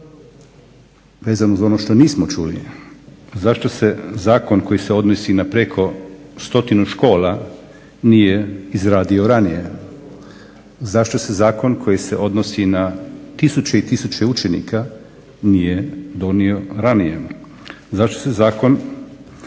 pitanje, vezano za ono što nismo čuli zašto se zakon koji se odnosi na preko 100 škola nije izradio ranije, zašto se Zakon koji se odnosi na 1000 i 1000 učenika nije donio ranije. Zašto se zakon